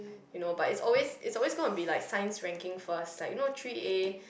you know but it's always it's always gonna be like science ranking first like you know three A